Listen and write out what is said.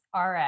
RX